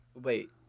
wait